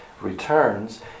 returns